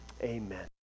amen